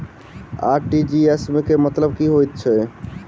RTGS केँ मतलब की हएत छै?